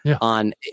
on